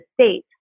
state